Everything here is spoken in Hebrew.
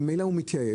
ממילא הוא מתייאש.